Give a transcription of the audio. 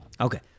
Okay